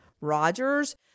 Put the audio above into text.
Rogers